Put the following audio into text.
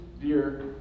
dear